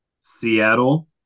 Seattle